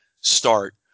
start